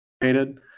created